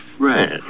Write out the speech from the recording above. friend